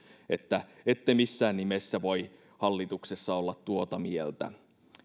ette missään nimessä voi hallituksessa olla tuota mieltä